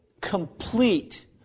complete